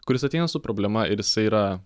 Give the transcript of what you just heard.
kuris ateina su problema ir jisai yra